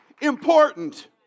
important